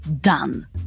done